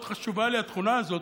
מאוד חשובה לי התכונה הזאת,